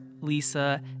Lisa